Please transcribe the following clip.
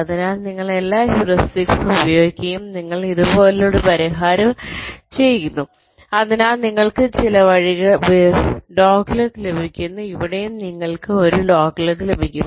അതിനാൽ നിങ്ങൾ എല്ലാ ഹ്യൂറിസ്റ്റിക്സും ഉപയോഗിക്കുകയും നിങ്ങൾക്ക് ഇതുപോലൊരു പരിഹാരം ലഭിക്കുകയും ചെയ്യുന്നു അതിനാൽ നിങ്ങൾക്ക് ചില വലകളിൽ ഡോഗ്ലെഗ് ലഭിക്കുന്നു ഇവിടെയും നിങ്ങൾക്ക് ഒരു ഡോഗ്ലെഗ് ലഭിക്കും